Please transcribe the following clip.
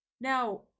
Now